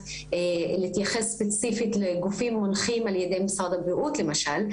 להתייחס ספציפית לגופים מונחים על ידי משרד הבריאות למשל,